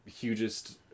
hugest